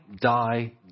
die